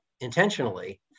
intentionally